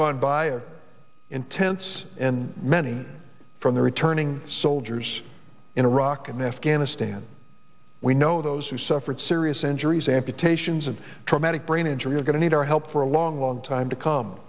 gone by are intense and many from the returning soldiers in iraq and afghanistan we know those who suffered serious injuries amputations of traumatic brain injury are going to need our help for a long long time to come